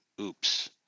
Oops